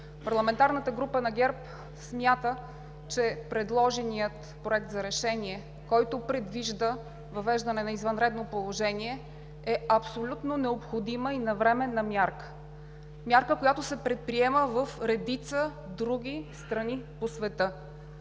Парламентарната група на ГЕРБ смята, че предложеният проект за решение, който предвижда въвеждане на извънредно положение, е абсолютно необходима и навременна мярка – мярка, която се предприема в редица други страни по света.